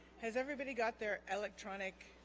has everybody got their electronic